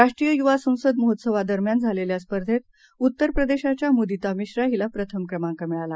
राष्ट्रीययुवासंसदमहोत्सवादरम्यानझालेल्यास्पर्धेत उत्तरप्रदेशच्यामुदितामिश्राहिलाप्रथमक्रमांकमिळाला